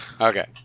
Okay